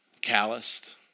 calloused